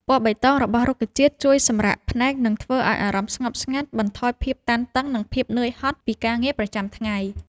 ពណ៌បៃតងរបស់រុក្ខជាតិជួយសម្រាកភ្នែក និងធ្វើឲ្យអារម្មណ៍ស្ងប់ស្ងាត់ បន្ថយភាពតានតឹង និងភាពនឿយហត់ពីការងារប្រចាំថ្ងៃ។